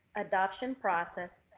adoption process,